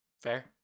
Fair